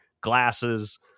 glasses